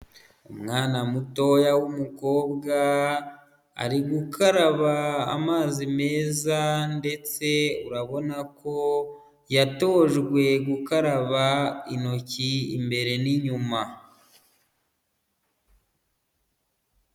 Umwana mutoya w'umukobwa, ari gukaraba amazi meza ndetse urabona ko yatojwe gukaraba intoki imbere n'inyuma.